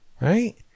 right